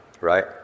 right